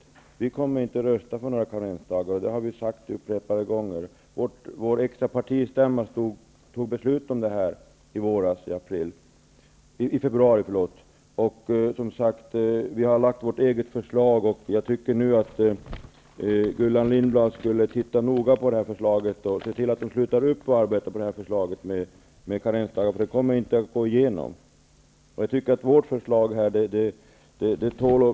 Vi i Ny demokrati kommer inte att rösta för några karensdagar, och det har vi sagt upprepade gånger. Vår extra partistämma fattade beslut om detta i februari i våras. Vi har lagt fram vårt eget förslag, och jag tycker att Gullan Lindblad skulle titta noga på det förslaget och se till att departementet slutar att arbeta med förslaget om karensdagar, eftersom det inte kommer att gå igenom.